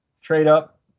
trade-up